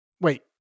Wait